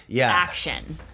action